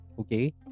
okay